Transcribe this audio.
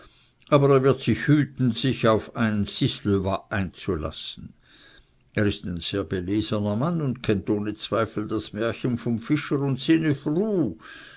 aber er wird sich hüten sich auf ein six le va einzulassen er ist ein sehr belesener mann und kennt ohne zweifel das märchen vom fischer un